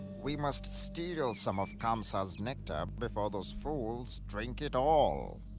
we must steal some of kamsa's nectar before those fools drink it all.